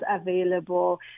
available